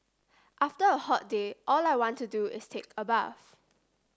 after a hot day all I want to do is take a bath